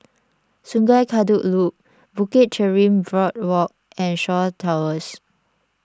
Sungei Kadut Loop Bukit Chermin Boardwalk and Shaw Towers